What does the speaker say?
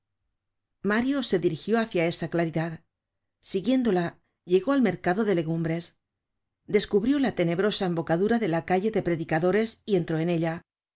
mario se dirigió hácia esa claridad siguiéndola llegó al mercado de legumbres descubrió la tenebrosa embocadura de la calle de predicadores y entró en ella